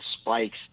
spikes